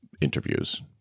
interviews